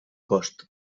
cost